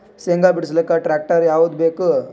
ಶೇಂಗಾ ಬಿಡಸಲಕ್ಕ ಟ್ಟ್ರ್ಯಾಕ್ಟರ್ ಯಾವದ ಬೇಕು?